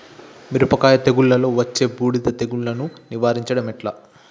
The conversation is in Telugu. మిరపకాయ తెగుళ్లలో వచ్చే బూడిది తెగుళ్లను నివారించడం ఎట్లా?